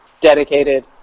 dedicated